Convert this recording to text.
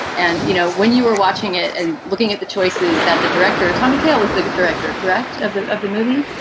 and you know, when you were watching it and looking at the choices that the director, tom mchale, was a director. correct. of the of the movie,